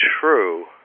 true